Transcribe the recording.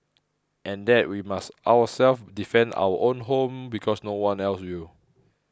and that we must ourselves defend our own home because no one else will